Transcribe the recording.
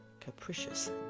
capricious